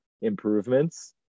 improvements